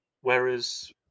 Whereas